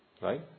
Right